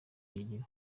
kwigira